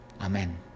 Amen